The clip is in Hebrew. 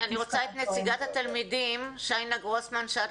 נציגת התלמידים, שיינא גרוסמן.